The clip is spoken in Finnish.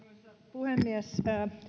puhemies